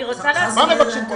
אני רוצה להזכיר --- מה מבקשים?